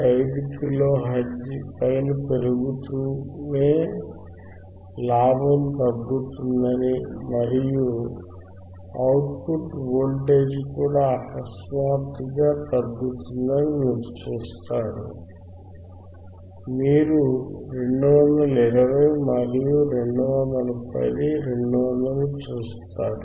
5 కిలోల హెర్ట్జ్ పైన పెరుగుతూనే లాభం తగ్గుతుందని మరియు అవుట్ పుట్ వోల్టేజ్ కూడా అకస్మాత్తుగా తగ్గుతుందని మీరు చూస్తారు మీరు 220 మరియు 210 200 చూస్తారు